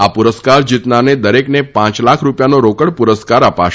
આ પુરસ્કાર જીતનારને દરેકને પાંચ લાખ રૂપિયાનો રોકડ પુરસ્કાર અપાશે